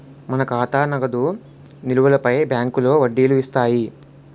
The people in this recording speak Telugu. మన ఖాతా నగదు నిలువులపై బ్యాంకులో వడ్డీలు ఇస్తాయి